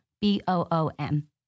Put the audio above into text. B-O-O-M